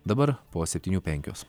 dabar po septynių penkios